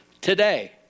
today